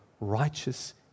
righteous